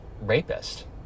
rapist